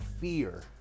fear